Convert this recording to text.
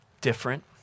different